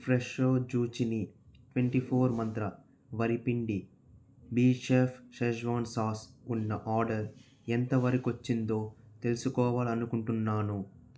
Fresho zucchini twenty four Mantra వరిపిండి బీషెఫ్ schezwan sauce ఉన్న ఆర్డర్ ఎంతవరకొచ్చిందో తెలుసుకోవాలనుకుంటున్నాను